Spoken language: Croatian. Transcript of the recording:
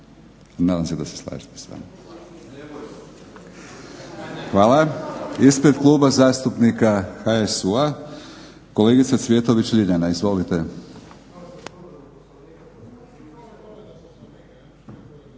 Nadam se da se slažete sa mnom. Hvala. Ispred Kluba zastupnika HSU-a kolegica Cvjetović Ljiljana, izvolite.